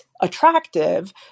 attractive